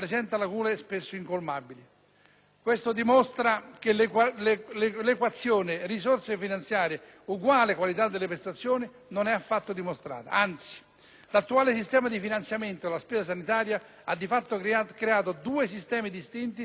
Questo evidenzia che l'equazione risorse finanziarie uguale qualità delle prestazioni non è affatto dimostrata; anzi, l'attuale sistema di finanziamento della spesa sanitaria ha di fatto creato due sistemi distinti che marciano a velocità differenti.